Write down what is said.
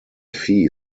fee